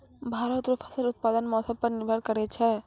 भारत रो फसल उत्पादन मौसम पर निर्भर करै छै